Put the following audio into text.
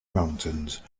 mountains